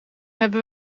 hebben